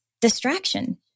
distraction